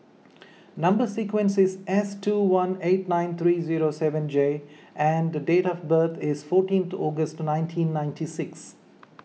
Number Sequence is S two one eight nine three zero seven J and date of birth is fourteenth August nineteen ninety six